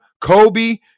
Kobe